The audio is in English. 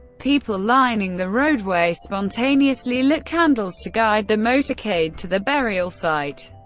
people lining the roadway spontaneously lit candles to guide the motorcade to the burial site.